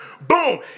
boom